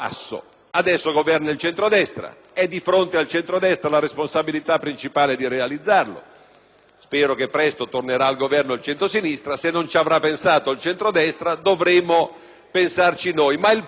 spero che presto tornerà al Governo il centrosinistra, per cui, se non ci avrà pensato il centrodestra, dovremo pensarci noi. Ma il punto cruciale è che si può credibilmente affrontare il tema